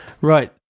right